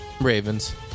Ravens